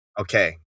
Okay